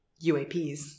uaps